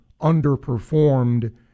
underperformed